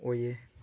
ꯑꯣꯏꯌꯦ